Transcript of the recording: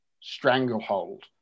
stranglehold